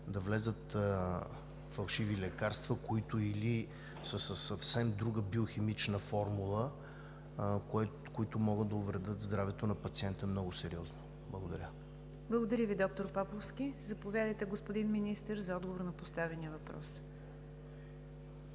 да влязат фалшиви лекарства, които са със съвсем друга биохимична формула, което може да увреди здравето на пациента много сериозно. Благодаря. ПРЕДСЕДАТЕЛ НИГЯР ДЖАФЕР: Благодаря Ви, доктор Поповски. Заповядайте, господин Министър, за отговор на поставения въпрос.